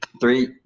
Three